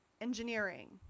Engineering